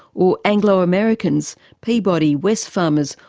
or anglo americans, peabody, wesfarmers,